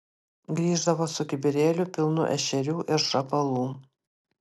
grįždavo su kibirėliu pilnu ešerių ir šapalų